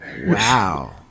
wow